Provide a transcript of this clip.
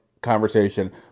conversation